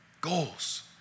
Goals